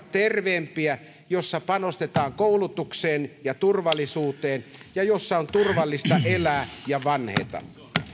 terveempiä jossa panostetaan koulutukseen ja turvallisuuteen ja jossa on turvallista elää ja vanheta